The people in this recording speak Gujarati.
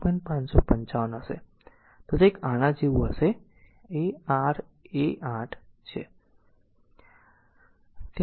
555 હશે તે કંઈક આ જેવું છે તે r a8 છે